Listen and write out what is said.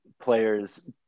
players